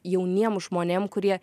jauniem žmonėm kurie